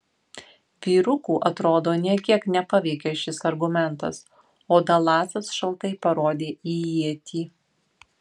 vyrukų atrodo nė kiek nepaveikė šis argumentas o dalasas šaltai parodė į ietį